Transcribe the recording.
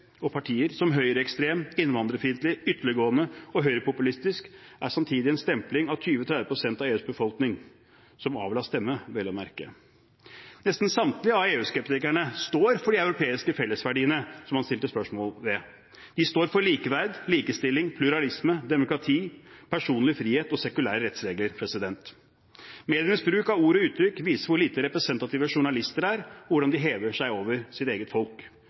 og EU-skeptiske partier som høyreekstreme, innvandrerfiendtlige, ytterliggående og høyrepopulistiske er samtidig en stempling av 20–30 pst. av EUs befolkning – som avla stemme vel å merke. Nesten samtlige av EU-skeptikerne står for de europeiske fellesverdiene man stilte spørsmål ved. De står for likeverd, likestilling, pluralisme, demokrati, personlig frihet og sekulære rettsregler. Medienes bruk av ord og uttrykk viser hvor lite representative journalister er, og hvordan de hever seg over sitt eget folk.